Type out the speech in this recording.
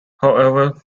however